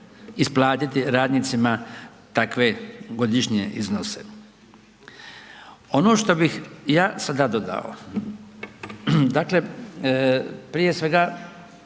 isplatiti radnicima takve godišnje iznose. Ono što bih ja sada dodao, dakle prije svega